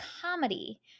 comedy